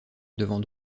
devant